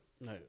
No